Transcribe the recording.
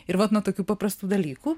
ir vat nuo tokių paprastų dalykų